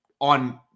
on